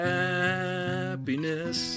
happiness